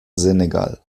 senegal